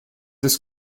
des